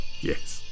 Yes